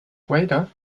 vader